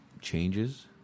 changes